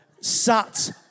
sat